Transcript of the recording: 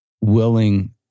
willing